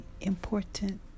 important